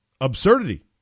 absurdity